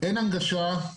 אין הנגשה,